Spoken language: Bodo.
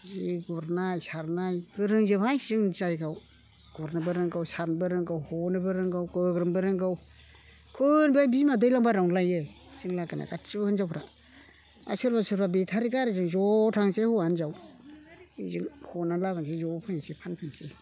जि गुरनाय सारनाय गोरोंजोबहाय जोंनि जायगायाव गुरनोबो रोंगौ सारनोबो रोंगौ हनोबो रोंगौ गोग्रोमनोबो रोंगौ खुन बे बिमा दैलाम बारियावनो लायो जों लागोना गासिबो हिनजावफ्रा आरो सोरबा सोरबा बेटारि गारिजों ज' थांसै हौवा हिनजाव ओजों फना लाबोनोसै ज' फैनोसै फानफैनोसै